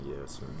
Yes